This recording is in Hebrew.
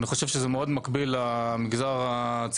אני חושב שזה מאוד מקביל למגזר הציבורי,